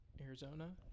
Arizona